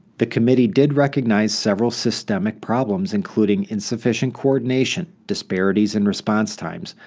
the committee did recognize several systemic problems including insufficient coordination, disparities in response times,